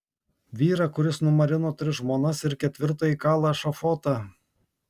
vyrą kuris numarino tris žmonas ir ketvirtajai kala ešafotą